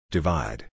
Divide